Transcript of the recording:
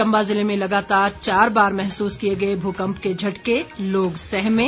चम्बा ज़िले में लगातार चार बार महसूस किए गए भूकम्प के झटके लोग सहमे